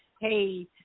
hey